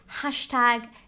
hashtag